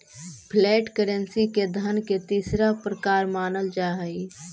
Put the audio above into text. flat currency के धन के तीसरा प्रकार मानल जा हई